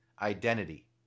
identity